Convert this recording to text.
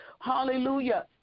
hallelujah